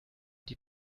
die